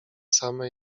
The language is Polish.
same